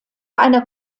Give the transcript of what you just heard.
einer